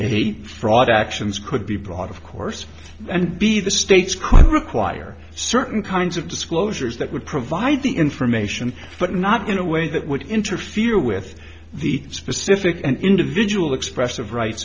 that fraud actions could be brought of course and be the states could require certain kinds of disclosures that would provide the information but not in a way that would interfere with the specific individual expressive right